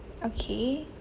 okay